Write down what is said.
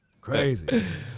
Crazy